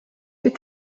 que